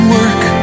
work